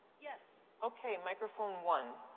yes. okay, microphone one.